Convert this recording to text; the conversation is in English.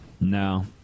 No